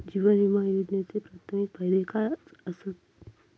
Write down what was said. जीवन विमा योजनेचे प्राथमिक फायदे काय आसत?